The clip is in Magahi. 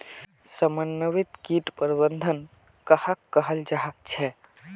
समन्वित किट प्रबंधन कहाक कहाल जाहा झे?